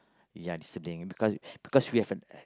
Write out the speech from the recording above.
ya listening because because we have a